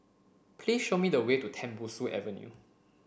please show me the way to Tembusu Avenue